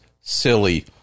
silly